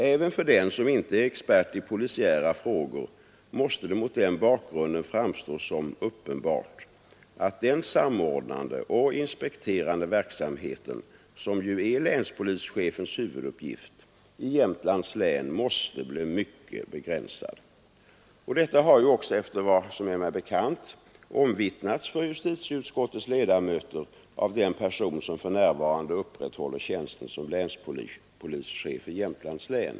Även för den som inte är expert i polisiära frågor måste det mot den bakgrunden framstå som uppenbart, att den samordnande och inspekterande verksamheten, som ju är länspolischefens huvuduppgift, i Jämtlands län måste bli mycket begränsad. Detta har också efter vad som är mig bekant omvittnats för justitieutskottets ledamöter av den person som för närvarande upprätthåller tjänsten som länspolischef i Jämtlands län.